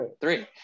three